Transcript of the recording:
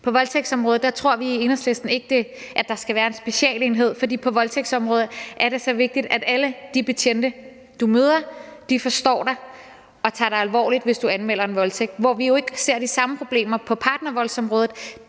På voldtægtsområdet tror vi i Enhedslisten ikke, at der skal være en specialenhed. For på voldtægtsområdet er det så vigtigt, at alle de betjente, du møder, forstår dig og tager dig alvorligt, hvis du anmelder en voldtægt, men vi ser jo ikke de samme problemer på partnervoldsområdet;